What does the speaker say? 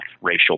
racial